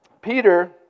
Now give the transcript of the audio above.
Peter